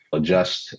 adjust